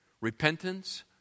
repentance